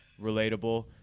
relatable